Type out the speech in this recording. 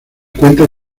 cuenta